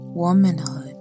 womanhood